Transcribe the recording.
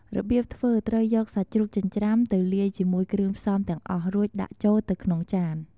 របៀបធ្វើ ត្រូវយកសាច់ជ្រូកចិញ្ច្រាំទៅលាយជាមួយគ្រឿងផ្សំទាំងអស់ រួចដាក់ចូលទៅក្នុងចាន។